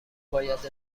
باید